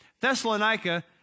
Thessalonica